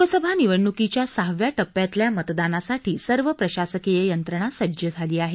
लोकसभा निवडणुकीच्या सहाव्या टप्प्यातल्या मतदानासाठी सर्व प्रशासकीय यंत्रणा सज्ज झाली आहे